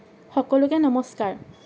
সকলোকে নমস্কাৰ